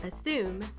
assume